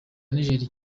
niger